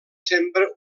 sempre